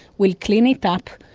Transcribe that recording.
will clean it up,